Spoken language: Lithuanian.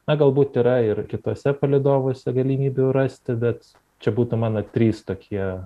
na galbūt yra ir kituose palydovuose galimybių rasti bet čia būtų mano trys tokie